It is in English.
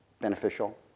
beneficial